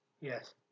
Yes